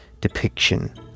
depiction